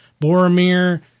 Boromir